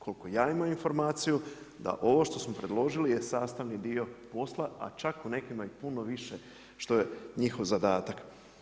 Koliko ja imam informaciju da ovo što smo predložili je sastavni dio posla, a čak u nekima i puno više što je njihov zadatak.